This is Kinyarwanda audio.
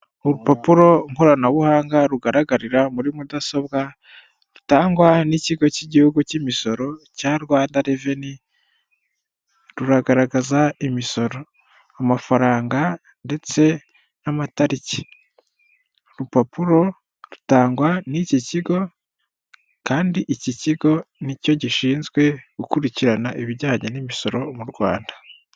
Urupapuro nkoranabuhanga rugaragarira muri mudasobwa, rutangwa n'ikigo cy'igihugu cy'imisoro cya Rwanda reveni, ruragaragaza imisoro, amafaranga ndetse n'amatariki. urupapuro rutangwa n'iki kigo kandi iki kigo ni cyo gishinzwe gukurikirana ibijyanye n'imisoro mu Rwanda.